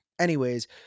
anyways-